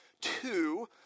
two